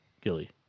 Gilly